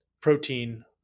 protein